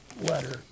letter